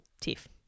Tiff